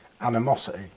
animosity